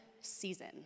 season